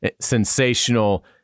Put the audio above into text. sensational